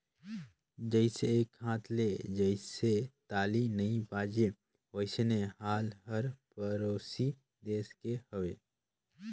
जइसे एके हाथ ले जइसे ताली नइ बाजे वइसने हाल हर परोसी देस के हवे